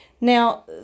Now